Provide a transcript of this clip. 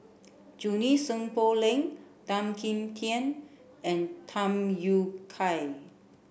Junie Sng Poh Leng Tan Kim Tian and Tham Yui Kai